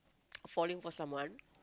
falling for someone